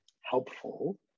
helpful